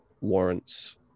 warrants